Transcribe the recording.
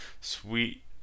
sweet